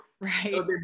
Right